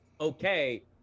okay